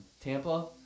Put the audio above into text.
Tampa